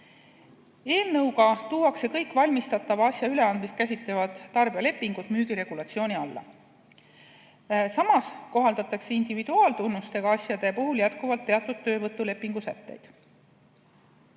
Eelnõuga tuuakse kõik valmistatava asja üleandmist käsitlevad tarbijalepingud müügiregulatsiooni alla. Samas kohaldatakse individuaaltunnustega asjade puhul jätkuvalt teatud töövõtulepingu sätteid.